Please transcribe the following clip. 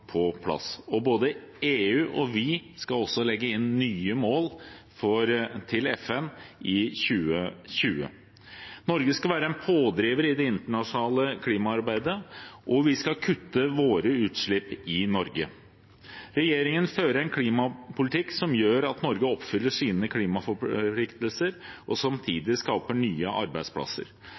på plass, og både EU og vi skal legge inn nye mål til FN i 2020. Norge skal være en pådriver i det internasjonale klimaarbeidet, og vi skal kutte våre utslipp i Norge. Regjeringen fører en klimapolitikk som gjør at Norge oppfyller sine klimaforpliktelser og samtidig skaper nye arbeidsplasser.